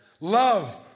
love